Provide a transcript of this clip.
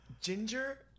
Ginger